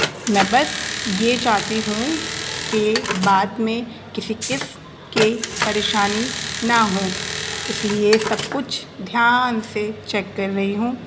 میں بس یہ چاہتی ہوں کہ بعد میں کسی قسم کے پریشانی نہ ہوں اس لیے سب کچھ دھیان سے چیک کر رہی ہوں